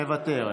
מוותרת,